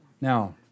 Now